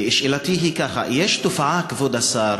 שאלתי היא זו: יש תופעה, כבוד השר,